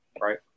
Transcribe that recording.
right